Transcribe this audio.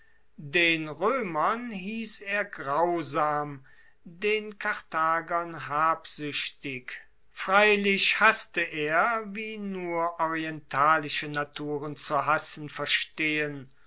den roemern hiess er grausam den karthagern habsuechtig freilich hasste er wie nur orientalische naturen zu hassen verstehen